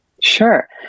Sure